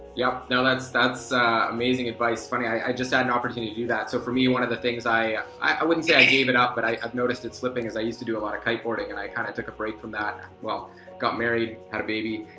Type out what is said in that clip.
yup, now that's that's amazing advice. funny, i just had an opportunity to do that so for me one of the things i i wouldn't say i gave it up but i have noticed it slipping as i used to do a lot of kiteboarding and i kinda kind of took a break from that well got married had a baby